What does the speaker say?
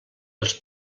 els